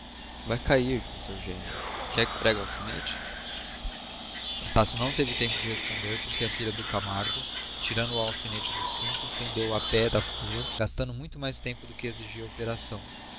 vai cair disse eugênia quer que pregue um alfinete estácio não teve tempo de responder porque a filha de camargo tirando um alfinete do cinto prendeu o pé da flor gastando muito mais tempo do que o exigia a operação